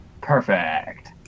perfect